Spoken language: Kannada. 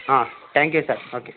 ಹಾಂ ತ್ಯಾಂಕ್ ಯು ಸರ್ ಓಕೆ